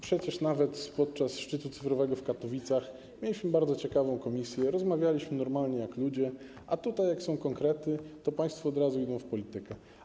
Przecież nawet podczas szczytu cyfrowego w Katowicach mieliśmy bardzo ciekawą komisję, rozmawialiśmy normalnie jak ludzie, a tutaj, jak są konkrety, państwo od razu idą w politykę.